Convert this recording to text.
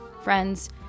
friends